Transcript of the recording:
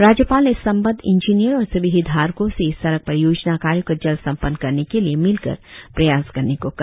राज्यपाल ने संबद्ध इंजिनियर और सभी हितधारको से इस सड़क परियोजना कार्य को जल्द संपन्न करने के लिए मिलकर प्रयास करने को कहा